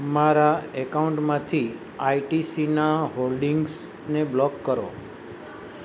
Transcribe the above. મારા એકાઉન્ટમાંથી આઈટીસીનાં હોલ્ડીંગ્સને બ્લોક કરો